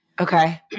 Okay